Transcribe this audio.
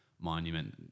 monument